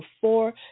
four